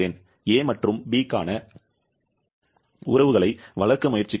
a மற்றும் b க்கான உறவுகளை வளர்க்க முயற்சிக்கவும்